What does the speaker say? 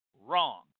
wrong